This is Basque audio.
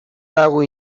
dago